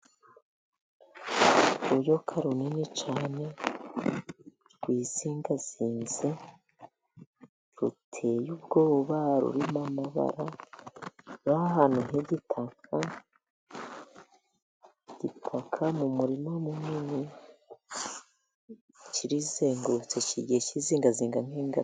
Uruyoka runini cyane rwizingazinze ruteye ubwoba, rurimo amabara. Ruri ahantu h'igitaka. Igitaka ni umurima munini. Kirizengurutse kigiye kizingazinga nk'ingata.